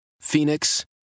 Phoenix